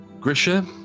Grisha